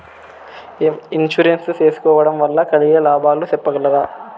Insurance సేసుకోవడం వల్ల కలిగే లాభాలు సెప్పగలరా?